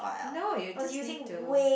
no you just need to